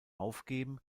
aufgeben